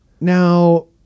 Now